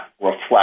reflect